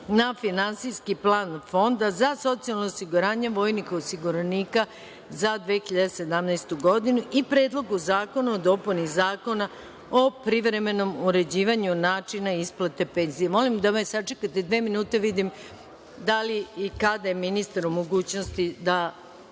na Finansijski plan Fonda za socijalno osiguranje vojnih osiguranika za 2017. godinu i Predlogu zakona o dopuni Zakona o privremenom uređivanju načina isplata penzije. Molim da me sačekate dve minute, da vidim da li i kada je ministar u mogućnosti da